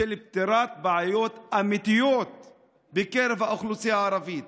של פתירת בעיות אמיתיות בקרב האוכלוסייה הערבית.